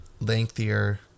lengthier